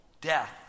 death